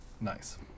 Nice